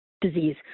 disease